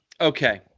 okay